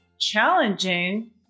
challenging